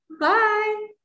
Bye